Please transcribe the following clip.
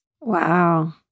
Wow